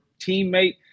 teammate